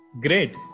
Great